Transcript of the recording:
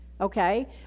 Okay